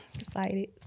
Excited